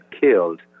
killed